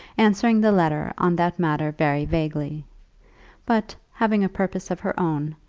answering the letter on that matter very vaguely but, having a purpose of her own,